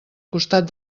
costat